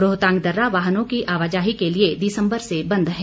रोहतांग दर्रा वाहनों की आवाजाही के लिए दिसम्बर से बंद है